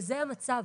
וזה המצב.